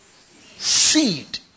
Seed